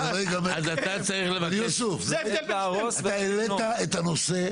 --- אתה העלית את הנושא.